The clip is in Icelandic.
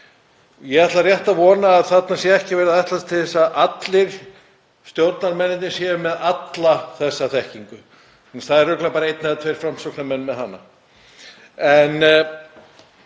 Ég ætla rétt að vona að þarna sé ekki verið að ætlast til að allir stjórnarmennirnir séu með alla þessa þekkingu. Það er örugglega bara einn eða tveir Framsóknarmenn með hana.